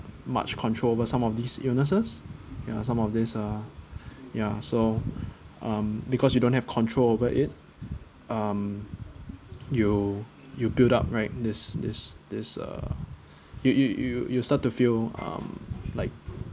much control over some of these illnesses ya some of this uh ya so um because you don't have control over it um you you build up right this this this uh you you you start to feel um like